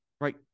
Right